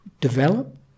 develop